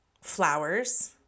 flowers